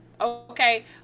Okay